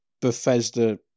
Bethesda